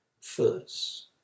first